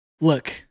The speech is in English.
Look